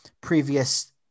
previous